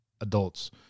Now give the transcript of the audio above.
adults